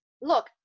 look